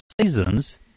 Seasons